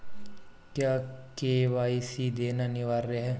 क्या के.वाई.सी देना अनिवार्य है?